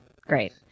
great